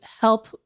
help